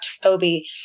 Toby